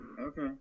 Okay